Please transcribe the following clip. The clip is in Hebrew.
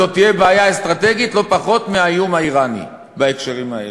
זו תהיה בעיה אסטרטגית לא פחות מהאיום האיראני בהקשרים האלה.